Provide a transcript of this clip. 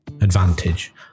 advantage